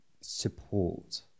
support